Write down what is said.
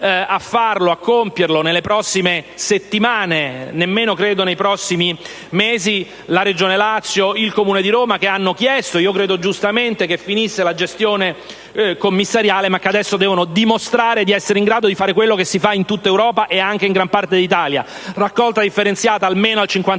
chiamati a compierlo nelle prossime settimane - nemmeno, credo, nei prossimi mesi - la Regione Lazio e il Comune di Roma, che hanno chiesto, io credo giustamente, che finisse la gestione commissariale, e che adesso devono dimostrare di essere in grado di fare quello che si fa in tutta Europa e in gran parte d'Italia: raccolta della differenziata almeno al 50